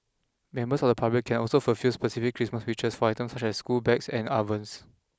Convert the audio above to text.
members of the public can also fulfil specific Christmas wishes for items such as school bags and ovens